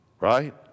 right